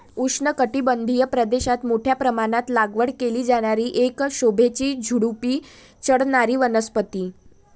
उष्णकटिबंधीय प्रदेशात मोठ्या प्रमाणात लागवड केली जाणारी एक शोभेची झुडुपी चढणारी वनस्पती